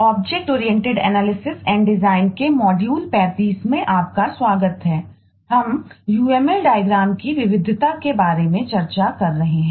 object oriented analysis and design की विविधता के बारे में चर्चा कर रहे हैं